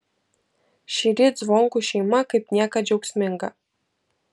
šįryt zvonkų šeima kaip niekad džiaugsminga